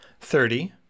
thirty